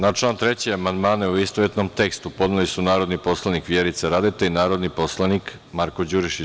Na član 3. amandmane, u istovetnom tekstu, podneli su narodni poslanik Vjerica Radeta i narodni poslanik Marko Đurišić.